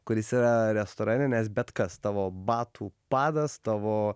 kuris yra restorane nes bet kas tavo batų padas tavo